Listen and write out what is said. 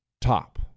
top